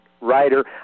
writer